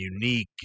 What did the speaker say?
unique